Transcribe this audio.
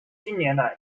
近年来